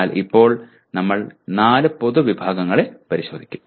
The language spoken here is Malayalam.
എന്നാൽ ഇപ്പോൾ നമ്മൾ നാല് പൊതു വിഭാഗങ്ങളെ പരിശോധിക്കും